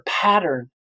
pattern